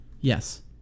Yes